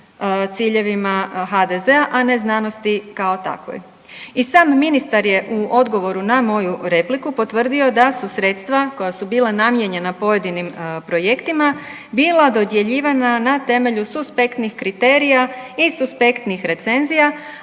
ciljevima HDZ-a, a ne znanosti kao takvoj. I sam ministar je u odgovoru na moju repliku potvrdio da su sredstva koja su bila namijenjena pojedinim projektima bila dodjeljivana na temelju suspektnih kriterija i suspektnih recenzija,